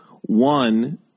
One